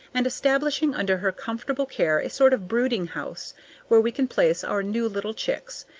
and establishing under her comfortable care a sort of brooding-house where we can place our new little chicks,